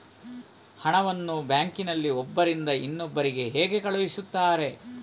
ಹಣವನ್ನು ಬ್ಯಾಂಕ್ ನಲ್ಲಿ ಒಬ್ಬರಿಂದ ಇನ್ನೊಬ್ಬರಿಗೆ ಹೇಗೆ ಕಳುಹಿಸುತ್ತಾರೆ?